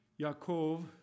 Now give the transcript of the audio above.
Yaakov